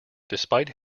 despite